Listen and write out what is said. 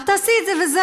את תעשי את זה וזהו,